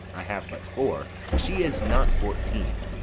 i have but four she is not fourteen.